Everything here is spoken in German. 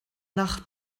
nach